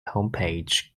homepage